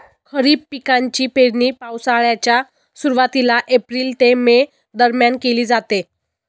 खरीप पिकांची पेरणी पावसाळ्याच्या सुरुवातीला एप्रिल ते मे दरम्यान केली जाते